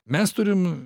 mes turim